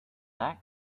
that